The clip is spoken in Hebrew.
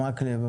הרב מקלב,